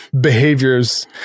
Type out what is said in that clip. behaviors